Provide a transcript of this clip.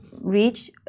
reach